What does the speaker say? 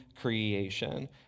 creation